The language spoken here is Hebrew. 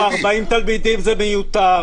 40 תלמידים זה מיותר.